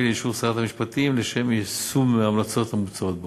לאישור שרת המשפטים לשם יישום ההמלצות המוצעות בו.